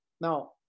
Now